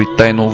tent